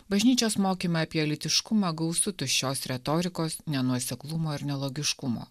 bažnyčios mokyme apie lytiškumą gausu tuščios retorikos nenuoseklumo ir nelogiškumo